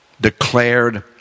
declared